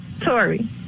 Tori